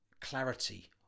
clarity